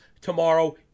tomorrow